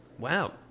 Wow